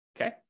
okay